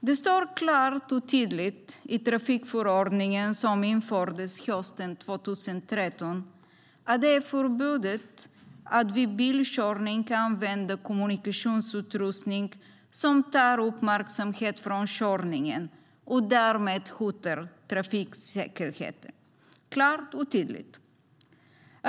Det står klart och tydligt i trafikförordningen som infördes hösten 2013 att det är förbjudet att vid bilkörning använda kommunikationsutrustning som tar uppmärksamhet från körningen och därmed hotar trafiksäkerheten - klart och tydligt.